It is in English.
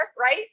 right